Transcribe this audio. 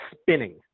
spinning